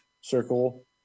circle